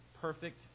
perfect